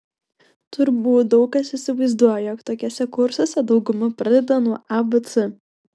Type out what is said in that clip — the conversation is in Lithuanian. turbūt daug kas įsivaizduoja jog tokiuose kursuose dauguma pradeda nuo abc